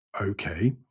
Okay